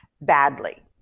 badly